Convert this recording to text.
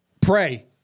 Pray